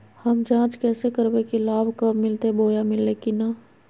हम जांच कैसे करबे की लाभ कब मिलते बोया मिल्ले की न?